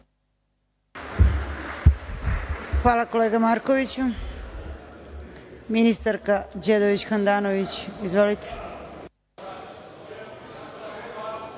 Hvala kolega Markoviću. Reč ima ministarka Đedović Handanović. Izvolite.